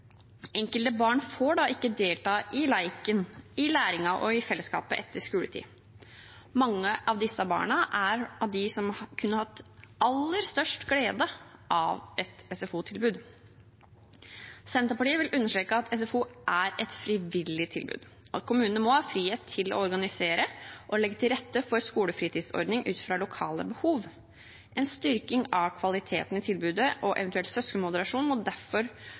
Enkelte barn får da ikke delta i leken, i læringen og i fellesskapet etter skoletid. Mange av disse barna er av dem som kunne hatt aller størst glede av et SFO-tilbud. Senterpartiet vil understreke at SFO er et frivillig tilbud, at kommunene må ha frihet til å organisere og legge til rette for skolefritidsordninger ut fra lokale behov. En styrking av kvaliteten i tilbudet og en eventuell søskenmoderasjon må derfor